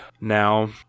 Now